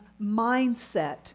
mindset